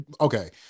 okay